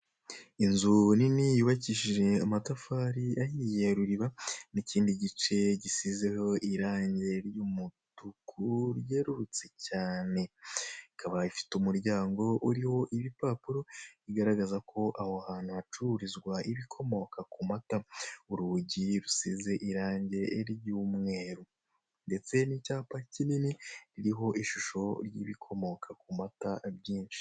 Inzu nini yubakishije amatafari ahiye ruriba n'ikindi gice gisizeho irange ry'umutuku ryerurutse cyane, ikaba ifite umuryango uriho ibipapuro, bigaragaza ko aho hantu hacururizwa ibikomoka ku mata, urugi rusize irange ry'umweru ndetse n'icyapa kinini kiriho ishusho y'ibikomoka ku mata byinshi.